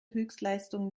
höchstleistung